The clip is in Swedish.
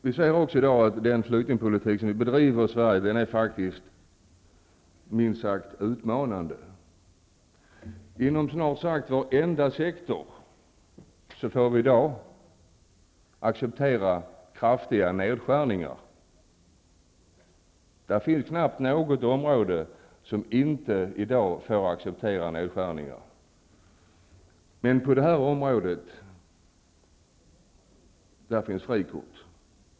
Vi säger i dag att den flyktingpolitik som bedrivs i Sverige är minst sagt utmanande. Inom snart sagt varenda sektor får vi i dag acceptera kraftiga nedskärningar. Det finns knappast något område där man inte får acceptera nedskärningar. Men på det här området finns frikort.